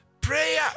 Prayer